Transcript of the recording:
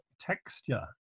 texture